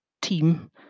team